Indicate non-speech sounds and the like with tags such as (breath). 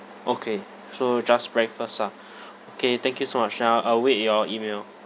okay so just breakfast ah (breath) okay thank you so much uh I'll wait your email